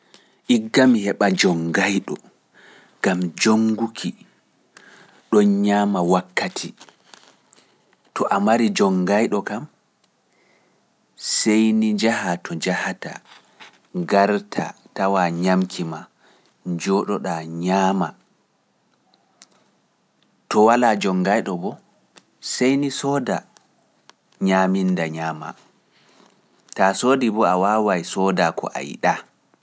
Igga mi heɓa jongaiɗo, gam jonguki, ɗon ñaama wakkati, to a mari jongayɗo kam, sey ni njahaa to njahata, garta tawa ñamki ma, njooɗo ɗaa ñaama, to walaa jongayɗo bo, sey ni sooda ñaamindaaamaa, taa soodi bo a waawaay sooda ko a yiɗaa.